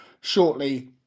shortly